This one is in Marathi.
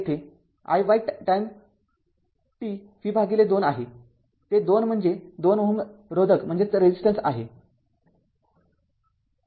तर येथे i y time t v २आहे ते २ म्हणजे २ Ω रोधक आहे